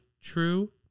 true